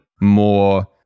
more-